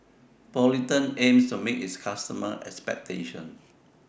Polident aims to meet its customers' expectations